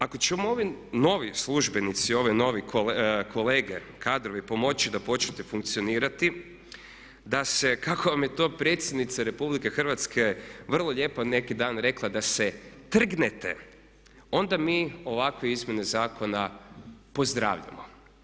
Ako će ovi novi službenici, ovi novi kolege, kadrovi pomoći da počnete funkcionirati, da se kako vam je to predsjednica RH vrlo lijepo neki dan rekla da se trgnete onda mi ovakve izmjene zakona pozdravljamo.